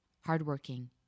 hardworking